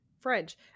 French